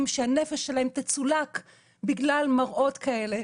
שהנפש שלהם תצולק בגלל מראות כאלה,